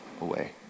away